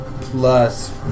plus